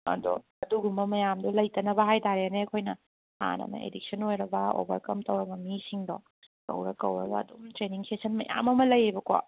ꯑꯗꯣ ꯑꯗꯨꯒꯨꯝꯕ ꯃꯌꯥꯝꯗꯨ ꯂꯩꯇꯅꯕ ꯍꯥꯏꯇꯔꯦꯅꯦ ꯑꯩꯈꯣꯏꯅ ꯍꯥꯟꯅꯅ ꯑꯦꯗꯤꯛꯁꯟ ꯑꯣꯏꯔꯕ ꯑꯣꯕꯔꯀꯝ ꯇꯧꯔꯕ ꯃꯤꯁꯤꯡꯗꯣ ꯀꯧꯔ ꯀꯧꯔꯒ ꯑꯗꯨꯝ ꯇ꯭ꯔꯦꯅꯤꯡ ꯁꯦꯁꯟ ꯃꯌꯥꯝ ꯑꯃ ꯂꯩꯌꯦꯕꯀꯣ